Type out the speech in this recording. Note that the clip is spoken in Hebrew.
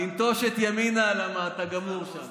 לנטוש את ימינה, כי אתה גמור שם.